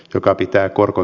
joka pitää korko